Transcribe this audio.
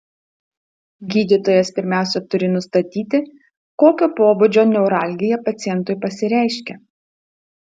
gydytojas pirmiausia turi nustatyti kokio pobūdžio neuralgija pacientui pasireiškia